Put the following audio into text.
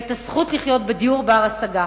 את הזכות לחיות בדיור בר-השגה.